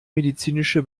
medizinische